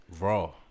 raw